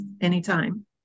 anytime